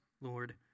Lord